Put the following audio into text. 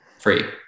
Free